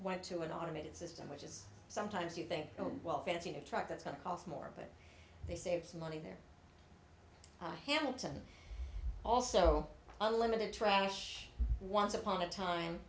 went to an automated system which is sometimes you think oh well fancy a truck that's going to cost more but they save some money there hamilton also unlimited trash once upon a time